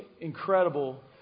incredible